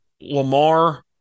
Lamar